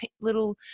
little